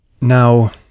Now